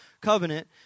covenant